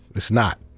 it's not.